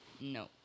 No